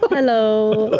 but hello!